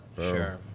sure